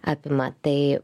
apima tai